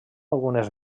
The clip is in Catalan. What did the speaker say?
algunes